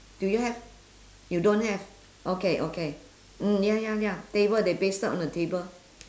do you have you don't have okay okay mm ya ya ya table they pasted on a table